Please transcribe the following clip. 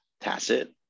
tacit